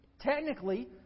Technically